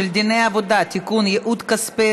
הינני מתכבדת להודיעכם,